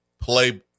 play